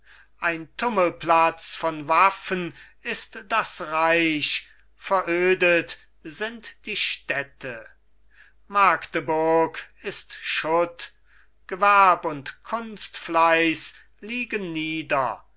ein tummelplatz von waffen ist das reich verödet sind die städte magdeburg ist schutt gewerb und kunstfleiß liegen nieder